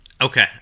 Okay